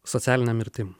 socialine mirtim